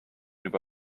juba